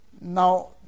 Now